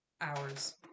Hours